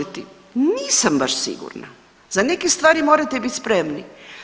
Nisam baš sigurna, za neke stvari morate biti spremni.